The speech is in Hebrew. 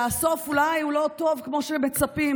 והסוף אולי הוא לא טוב כמו שמצפים.